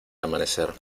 amanecer